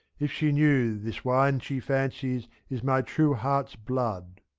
if she knew this wine she fancies is my true heart's blood.